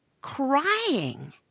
crying